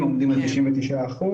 עומדים על 99 אחוזים.